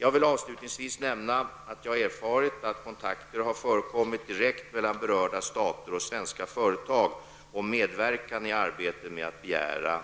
Jag vill avslutningsvis nämna att jag har erfarit att kontakter har förekommit direkt mellan berörda stater och svenska företag om medverkan i arbetet med att begränsa